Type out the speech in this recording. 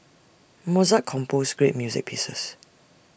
Mozart composed great music pieces